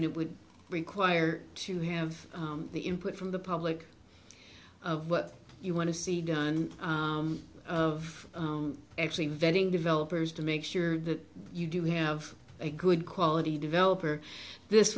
it would require to have the input from the public of what you want to see done of actually vetting developers to make sure that you do have a good quality developer this